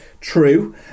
true